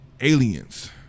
Aliens